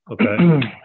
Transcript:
Okay